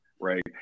right